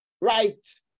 right